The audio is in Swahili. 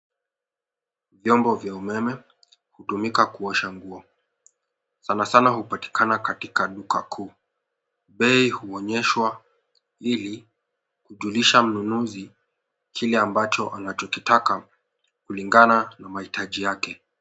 Vyombo vya umeme hutumika kuosha nguo, sana sana hutumika katika duka kuu. Bei huonyeshwa ili kujilisha mnunuzi kile ambacho anachokitaka kulingana na mahitaji yake.